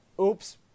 oops